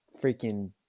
freaking